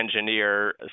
engineer